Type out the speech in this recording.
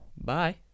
Bye